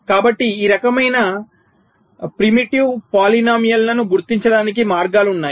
కాబట్టి ఈ రకమైన ఆదిమ బహుపదాలను గుర్తించడానికి మార్గాలు ఉన్నాయి